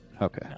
Okay